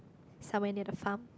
some where near the farm